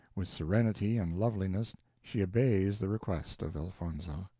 with serenity and loveliness she obeys the request of elfonzo.